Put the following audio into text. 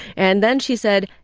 and then she said,